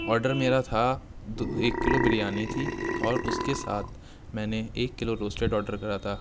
order میرا تھا ایک کلو بریانی تھی اور اس کے ساتھ میں نے ایک کلو روسٹڈ آڈر کرا تھا